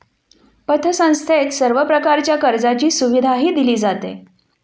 पतसंस्थेत सर्व प्रकारच्या कर्जाची सुविधाही दिली जाते